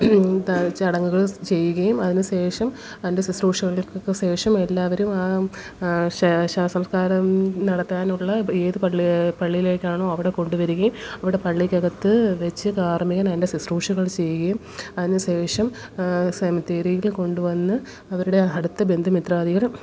ചടങ്ങുകൾ ചെയ്യുകയും അതിനുശേഷം അതിൻ്റെ ശുശ്രൂഷകൾക്കൊക്കെ ശേഷം എല്ലാവരും ആ ആ ശ ശവസംസ്കാരം നടക്കാനുള്ള ഏത് പള്ളിയാണ് പള്ളിയിലേക്ക് ആണോ അവിടെ കൊണ്ടുവരികയും അവിടെ പള്ളിക്കകത്ത് വെച്ച് കാർമ്മികൻ അതിൻ്റെ ശുശ്രൂഷകൾ ചെയ്യുകയും അതിനുശേഷം സെമിത്തേരിയില് കൊണ്ടുവന്ന് അവരുടെ അടുത്ത ബന്ധുമിത്രാദികൾ